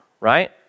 right